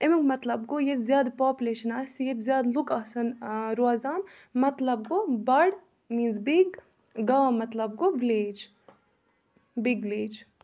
امیُک مطلب گوٚو ییٚتہِ زیادٕ پاپلیشَن آسہِ ییٚتہِ زیادٕ لوٗکھ آسان روزان مطلب گوٚو بَڈ میٖنٕز بِگ گام مطلب گوٚو وِلیج بِگ وِلیٚج